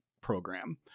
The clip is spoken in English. program